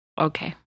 Okay